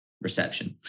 reception